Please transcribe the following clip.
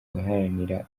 guharanira